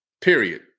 period